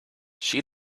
she